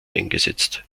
eingesetzt